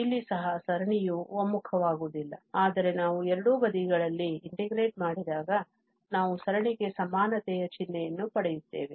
ಇಲ್ಲಿ ಸಹ ಸರಣಿಯು ಒಮ್ಮುಖ ವಾಗುವುದಿಲ್ಲ ಆದರೆ ನಾವು ಎರಡೂ ಬದಿಗಳಲ್ಲಿ integrate ಮಾಡಿದಾಗ ನಾವು ಸರಣಿಗೆ ಸಮಾನತೆಯ ಚಿಹ್ನೆಯನ್ನು ಪಡೆಯುತ್ತೇವೆ